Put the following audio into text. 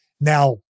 Now